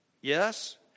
Yes